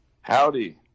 Howdy